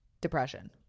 depression